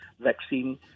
vaccine